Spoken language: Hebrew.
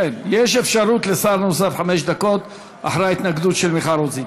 יש אפשרות לשר נוסף חמש דקות אחרי ההתנגדות של מיכל רוזין.